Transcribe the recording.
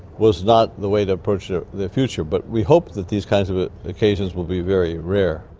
was not the way to approach ah the future, but we hope that these kind of occasions will be very rare.